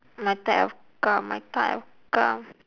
my type of car my type of car